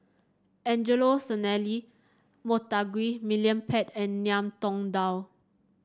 Angelo Sanelli Montague William Pett and Ngiam Tong Dow